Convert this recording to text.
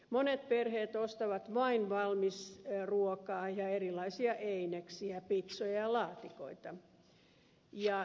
monet perheet ostavat vain valmisruokaa ja erilaisia eineksiä pitsoja ja laatikoita